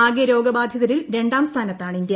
ആകെ രോഗബാധിതരിൽ രണ്ടാം സ്ഥാനത്താണ് ഇന്ത്യ